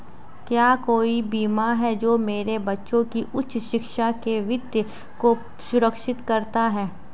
क्या कोई बीमा है जो मेरे बच्चों की उच्च शिक्षा के वित्त को सुरक्षित करता है?